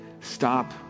stop